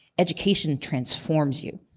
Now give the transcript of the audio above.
education transforms you.